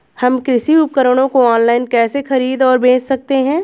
हम कृषि उपकरणों को ऑनलाइन कैसे खरीद और बेच सकते हैं?